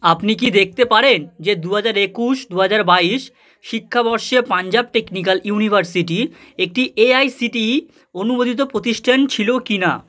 আপনি কি দেখতে পারেন যে দু হাজার একুশ দু হাজার বাইশ শিক্ষাবর্ষে পাঞ্জাব টেকনিক্যাল ইউনিভার্সিটি একটি এআইসিটিই অনুমোদিত প্রতিষ্ঠান ছিলো কি না